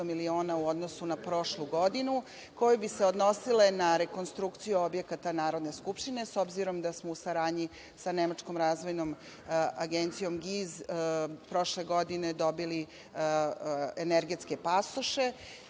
miliona, u odnosu na prošlu godinu, koji bi se odnosili na rekonstrukciju objekata Narodne skupštine, s obzirom da smo u saradnji sa Nemačkom Razvojnom agencijom GIZ prošle godine dobili energetske pasoše